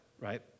right